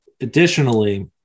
additionally